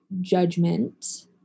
judgment